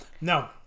no